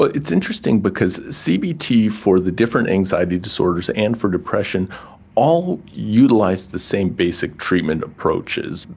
ah it's interesting, because cbt for the different anxiety disorders and for depression all utilise the same basic treatment approaches,